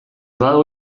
badago